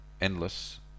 endless